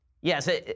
Yes